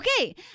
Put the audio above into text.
Okay